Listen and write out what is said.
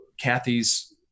Kathy's